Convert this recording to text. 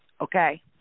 Okay